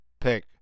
pick